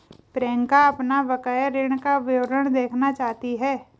प्रियंका अपना बकाया ऋण का विवरण देखना चाहती है